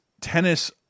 tennis